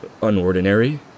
unordinary